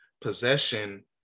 possession